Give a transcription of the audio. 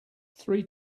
three